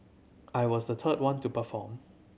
I was the third one to perform